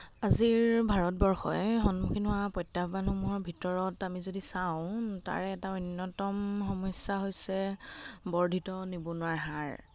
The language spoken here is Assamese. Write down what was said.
আজিৰ ভাৰতবৰ্ষই সন্মুখীন হোৱা প্ৰত্যাহ্বানসমূহৰ ভিতৰত আমি যদি চাওঁ তাৰে এটা অন্যতম সমস্যা হৈছে বৰ্ধিত নিবনুৱাৰ হাৰ